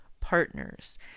partners